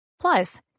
Plus